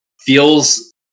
feels